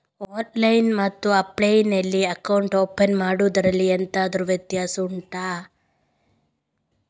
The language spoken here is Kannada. ಆನ್ಲೈನ್ ಮತ್ತು ಆಫ್ಲೈನ್ ನಲ್ಲಿ ಅಕೌಂಟ್ ಓಪನ್ ಮಾಡುವುದರಲ್ಲಿ ಎಂತಾದರು ವ್ಯತ್ಯಾಸ ಉಂಟಾ